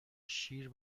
شیر